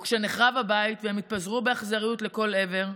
וכשנחרב הבית והם התפזרו באכזריות לכל עבר,